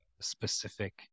specific